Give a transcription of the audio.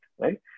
right